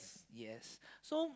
yes so